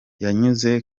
yanyuze